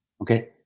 okay